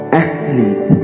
asleep